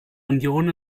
union